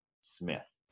Smith